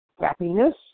happiness